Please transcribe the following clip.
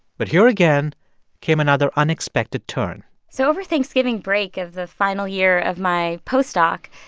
but here again came another unexpected turn so over thanksgiving break of the final year of my postdoc,